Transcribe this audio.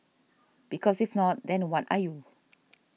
because if not then what are you